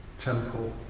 temple